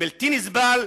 בלתי נסבל,